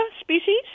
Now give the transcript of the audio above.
species